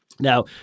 Now